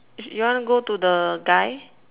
you want to go to the guy